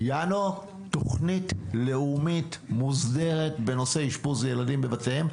בינואר תוכנית לאומית מוסדרת בנושא אשפוז ילדים בבתיהם.